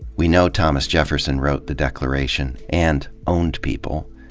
we know thomas jefferson wrote the declaration and owned people.